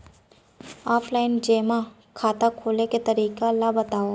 Offline जेमा खाता खोले के तरीका ल बतावव?